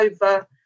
over